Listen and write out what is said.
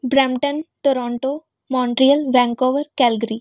Brampton Toronto Montreal Vancouver Calgary